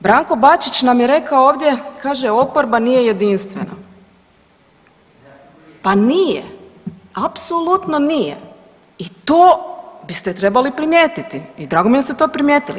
Branko Bačić nam je rekao ovdje kaže oporba nije jedinstvena, pa nije, apsolutno nije i to biste trebali primijetiti i drago mi je da ste to primijetili.